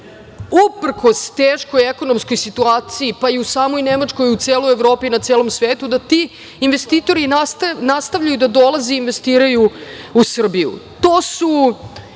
uprkos teškoj ekonomskoj situaciji, pa i u samoj Nemačkoj, u celoj Evropi, na celom svetu, da ti investitori nastavljaju da dolaze i investiraju u Srbiju. To su